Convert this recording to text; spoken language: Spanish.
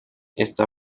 está